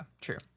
true